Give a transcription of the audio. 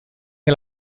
che